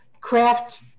craft